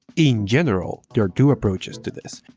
in general, there are two approaches to this.